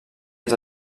els